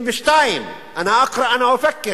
1,162. "אנא אקרא אנא אופקר",